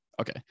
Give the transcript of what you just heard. Okay